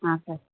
sir